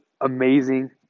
amazing